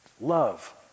Love